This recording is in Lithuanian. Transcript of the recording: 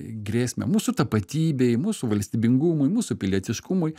grėsmę mūsų tapatybei mūsų valstybingumui mūsų pilietiškumui